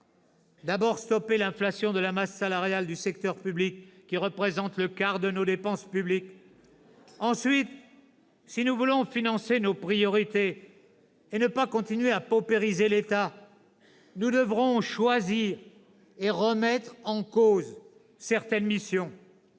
faut stopper l'inflation de la masse salariale du secteur public, qui représente le quart de nos dépenses publiques. « Ensuite, si nous voulons financer nos priorités, et ne pas continuer à paupériser l'État, nous devrons choisir et remettre en cause certaines missions